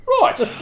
Right